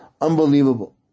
unbelievable